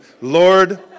Lord